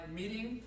meeting